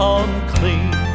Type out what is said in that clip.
unclean